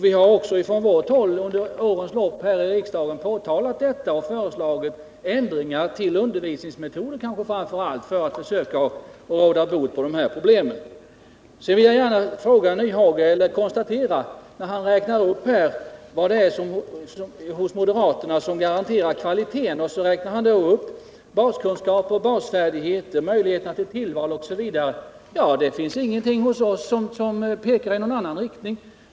Vi har också ifrån vårt håll under årens lopp här i riksdagen påtalat dessa förhållanden och föreslagit ändringar framför allt beträffande undervisningsmetoder för att försöka råda bot på de här problemen. När herr Nyhage räknar upp vad det är hos moderaterna som garanterar kvaliteten räknar han upp baskunskaper och basfärdigheter, möjligheter till tillval osv. Men det finns ingenting hos oss som pekar i någon annan riktning.